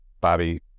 Bobby